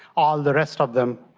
all of the rest of them,